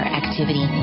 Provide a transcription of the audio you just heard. activity